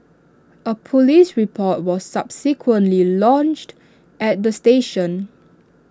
A Police report was subsequently lodged at the station